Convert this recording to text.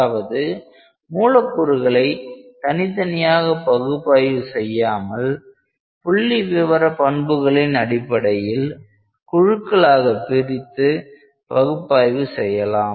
அதாவது மூலக்கூறுகளை தனித்தனியாக பகுப்பாய்வு செய்யாமல் புள்ளி விவரப் பண்புகளின் அடிப்படையில் குழுக்களாகப் பிரித்து பகுப்பாய்வு செய்யலாம்